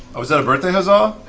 oh, was that a birthday huzzah?